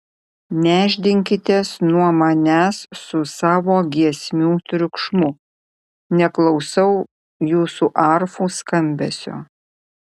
nešdinkitės nuo manęs su savo giesmių triukšmu neklausau jūsų arfų skambesio